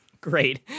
Great